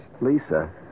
Lisa